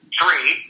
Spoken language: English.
three